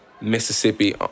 Mississippi